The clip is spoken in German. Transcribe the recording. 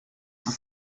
ist